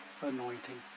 anointing